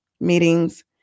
meetings